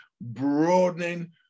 broadening